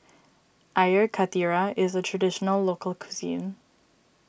Air Karthira is a Traditional Local Cuisine